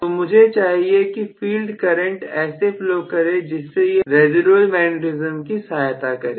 तो मुझे चाहिए कि फील्ड करंट ऐसे फ्लो करें जिससे यह रेसीडुएल मैग्नेटिज्म की सहायता करें